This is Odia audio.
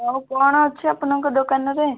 ଆଉ କ'ଣ ଅଛି ଆପଣଙ୍କ ଦୋକାନରେ